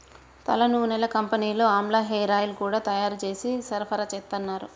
తలనూనెల కంపెనీలు ఆమ్లా హేరాయిల్స్ గూడా తయ్యారు జేసి సరఫరాచేత్తన్నారు